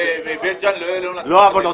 בבית ג'אן לא יהיה נציג למה?